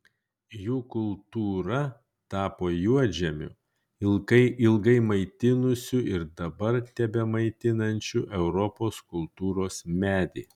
jų kultūra tapo juodžemiu ilgai maitinusiu ir dabar tebemaitinančiu europos kultūros medį